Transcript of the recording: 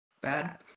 bad